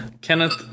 Kenneth